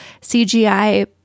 CGI